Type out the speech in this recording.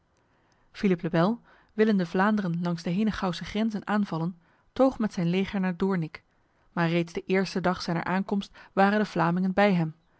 philippe le bel willende vlaanderen langs de henegouwse grenzen aanvallen toog met zijn leger naar doornik maar reeds de eerste dag zijner aankomst waren de vlamingen bij hem